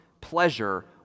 pleasure